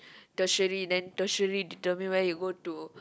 tertiary then tertiary determine where you go to